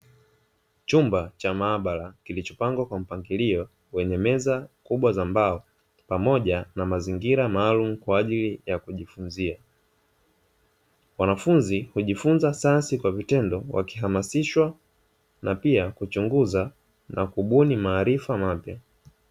Chumba cha maabara kilichopangwa kwa mpangilio wenye meza kubwa za mbao pamoja na mazingira maalumu kwajili ya kujifunzia, wanafunzi hujifunza sayansi kwa vitendo wakihamasishwa na pia kuchunguza na kubuni maarifa mapya.